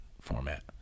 format